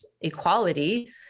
equality